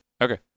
Okay